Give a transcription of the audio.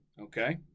Okay